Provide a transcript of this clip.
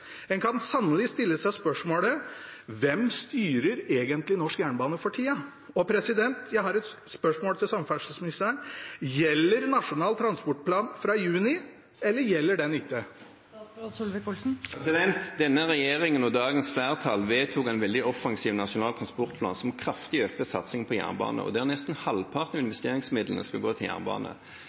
En kan sannelig stille seg spørsmålet: Hvem styrer egentlig norsk jernbane for tida? Jeg har et spørsmål til samferdselsministeren: Gjelder Nasjonal transportplan fra juni, eller gjelder den ikke? Denne regjeringen og dagens flertall vedtok en veldig offensiv nasjonal transportplan som kraftig økte satsingen på jernbane, og der nesten halvparten av investeringsmidlene skal gå til jernbane.